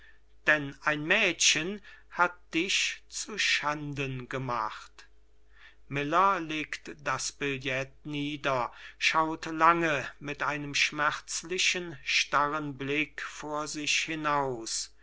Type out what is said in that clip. denn ein mädchen hat dich zu schanden gemacht miller legt das billet nieder schaut lange mit einem schmerzlichen starren blick vor sich hinaus